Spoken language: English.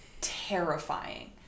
terrifying